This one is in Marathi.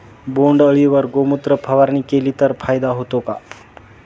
बोंडअळीवर गोमूत्र फवारणी केली तर फायदा होतो का?